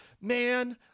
man